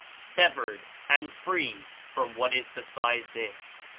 severed and free from what is beside this.